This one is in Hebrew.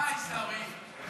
מה, עיסאווי?